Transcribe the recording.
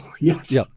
yes